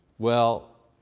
well,